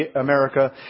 America